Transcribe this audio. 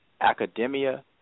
academia